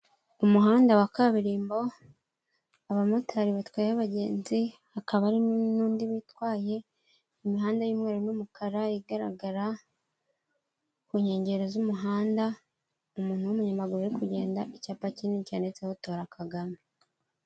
Umuhanda wa kaburimbo, abamotari batwaye abagenzi, hakabamo n'undi witwaye, imihanda y'umweru n'umukara igaragara ku nkengero z'umuhanda, umuntu w'umunyamaguru uri kugenda, icyapa kinini cyanditseho tora Kagame.